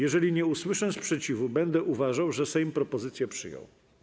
Jeżeli nie usłyszę sprzeciwu, będę uważał, że Sejm propozycje przyjął.